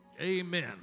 Amen